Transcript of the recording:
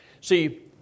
See